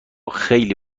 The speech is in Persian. خیلی